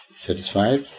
satisfied